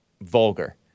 vulgar